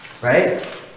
Right